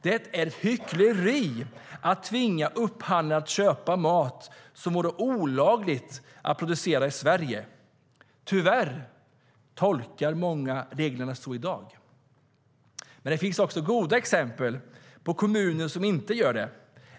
Det är hyckleri att tvinga upphandlare att köpa mat som vore olaglig att producera i Sverige. Tyvärr tolkar många reglerna så i dag. Men det finns också goda exempel på kommuner som inte gör det.